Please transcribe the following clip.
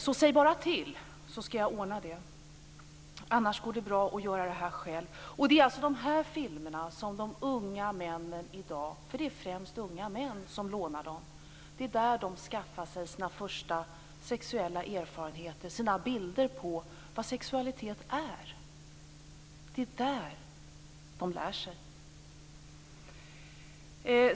Så säg bara till så skall jag ordna det, annars går det bra för ledamöterna att själva göra det. Det är alltså genom dessa filmer som de unga männen - det är främst unga män som lånar dem - skaffar sig sina första sexuella erfarenheter, sina bilder på vad sexualitet är. Det är där de lär sig.